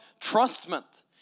trustment